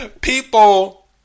people